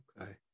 Okay